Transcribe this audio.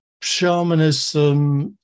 Shamanism